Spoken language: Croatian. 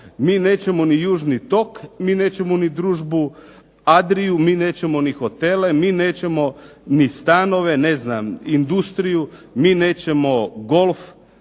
Mi nećemo ni južni tok mi nećemo ni Družbu Adriju, mi nećemo ni hotele, mi nećemo ni stanove, industriju, mi nećemo golf.